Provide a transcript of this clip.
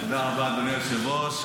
תודה רבה, אדוני היושב-ראש.